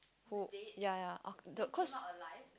who ya ya >UNK> the cause